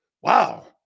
Wow